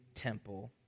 temple